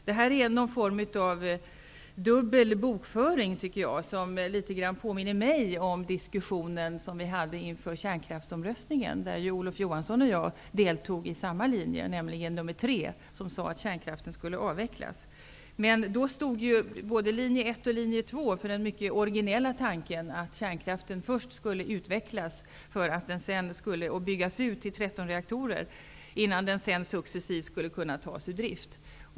Jag tycker att detta är en form av dubbel bokföring som påminner mig om diskussionen inför känkraftsomröstningen. Olof Johansson och jag stödde då samma linje, nämlingen linje 3, som ville att kärnkraften skulle avvecklas, medan linje 1 och linje 2 stod för den mycket originella tanken att kärnkraften först skulle utvecklas och byggas ut till 13 reaktorer innan den sedan successivt skulle tas ur drift.